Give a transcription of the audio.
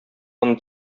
аны